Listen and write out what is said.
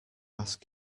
ask